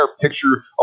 picture